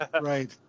Right